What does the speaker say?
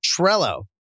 Trello